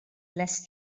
less